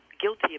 guilty